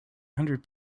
hundred